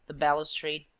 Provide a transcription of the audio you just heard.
the balustrade,